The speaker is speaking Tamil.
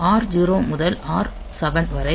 R0 முதல் R7 வரை